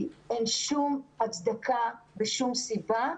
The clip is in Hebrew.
אין שום הצדקה ושום סיבה,